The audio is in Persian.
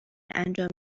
انجام